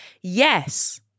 Yes